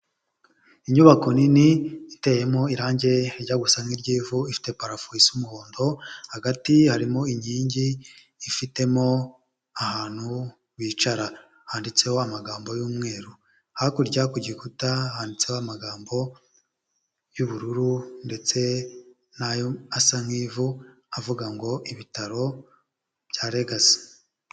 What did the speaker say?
Inyubako nini iteyemo irangi rijya gusa nk'iry'ivu, ifite parafo isa umuhondo, hagati harimo inkingi ifitemo ahantu wicara, handitseho amagambo y'umweru, hakurya ku gikuta handitseho amagambo y'ubururu ndetse na yo asa nk'ivu, avuga ngo ibitaro bya Regasi.